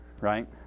right